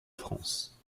france